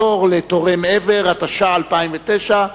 (פטור לתורם אבר), התש"ע 2009,